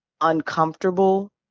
uncomfortable